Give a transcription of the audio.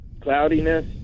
cloudiness